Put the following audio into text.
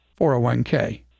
401k